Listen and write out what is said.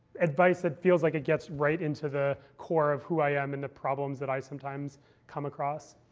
advice that feels like it gets right into the core of who i am and the problems that i sometimes come across.